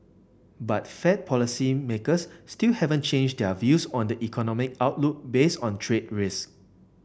but Fed policymakers still haven't changed their views on the economic outlook based on trade risks